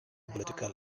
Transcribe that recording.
political